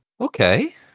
Okay